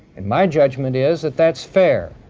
and my judgment is that that's fair.